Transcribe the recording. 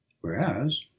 Whereas